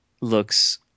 looks